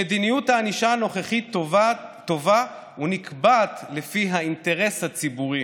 שמדיניות הענישה הנוכחית טובה ונקבעת לפי האינטרס הציבורי.